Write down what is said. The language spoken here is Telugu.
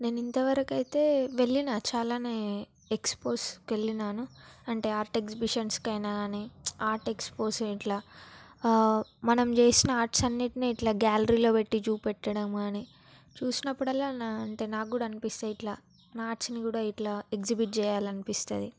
నేను ఇంతవరకు అయితే వెళ్ళినా చాలానే ఎక్స్పొస్కు వెళ్లినాను అంటే ఆర్ట్ ఏక్సిబీషన్స్ అయినా కాని ఆర్ట్ ఎక్స్పొశ్ ఇట్లా ఆ మనం చేసిన ఆర్ట్స్ అన్నింటినీ ఇట్లా గ్యాలరీలో పెట్టి చూపెట్టడం కానీ చూసినప్పుడల్లా నా అంటే నాకు కూడా అనిపిస్తాయి ఇట్లా నా ఆర్ట్స్ని కూడా ఇట్లా ఏక్సిబీట్ చేయాలి అనిపిస్తుంది